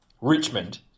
Richmond